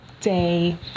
Day